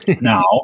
now